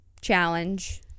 challenge